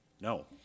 No